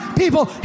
people